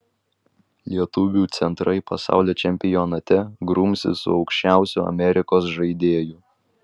lietuvių centrai pasaulio čempionate grumsis su aukščiausiu amerikos žaidėju